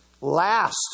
Last